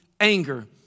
anger